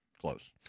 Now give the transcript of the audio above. close